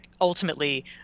ultimately